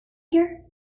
here